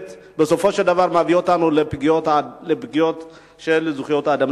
בסופו של דבר זה מביא אותנו לפגיעות בזכויות האדם.